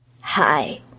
Hi